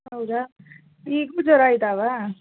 ಹೌದಾ ಈಗ ಹುಷಾರಾಯ್ದಾವ